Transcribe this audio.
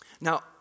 Now